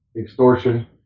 extortion